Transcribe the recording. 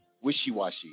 wishy-washy